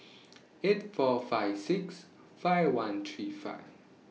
eight four five six five one three five